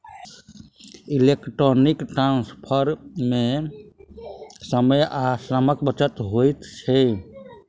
electronic transfer मे समय आ श्रमक बचत होइत छै